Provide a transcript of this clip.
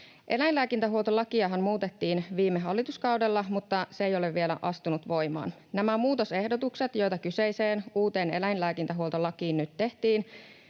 Eläinlääkintähuoltolakiahan muutettiin viime hallituskaudella, mutta se ei ole vielä astunut voimaan. Nämä muutosehdotukset, joita kyseiseen uuteen eläinlääkintähuoltolakiin nyt tehtäisiin,